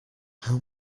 how